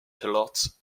pilote